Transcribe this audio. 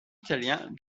italien